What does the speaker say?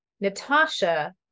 Natasha